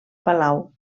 palau